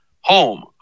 home